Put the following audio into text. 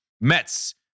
Mets